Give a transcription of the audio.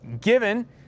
given